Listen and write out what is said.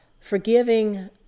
forgiving